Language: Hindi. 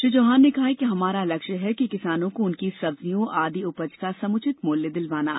श्री चौहान ने कहा कि हमारा लक्ष्य है किसानों को उनकी सब्जियों आदि उपज का सम्चित मूल्य दिलवाना